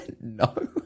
No